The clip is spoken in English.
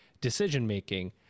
decision-making